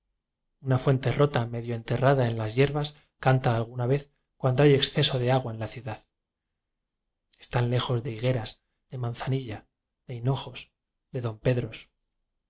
una fuente rota medio enterrada en las yerbas canta alguna vez cuando hay exce so de agua en la ciudad están llenos de higueras de manzanilla de hinojos de dompedros